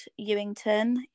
ewington